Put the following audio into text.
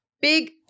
big